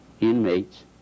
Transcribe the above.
inmates